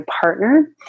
partner